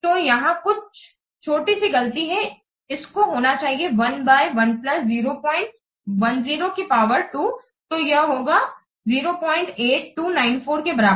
तो यहां कुछ छोटी सी गलती है इसको होना चाहिए 1 बाय 1 प्लस 010 की पावर 2 तो यह होगा 08294 के बराबर